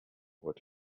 would